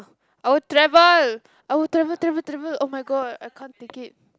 I would travel I would travel travel travel oh-my-god I can't think it